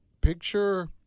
picture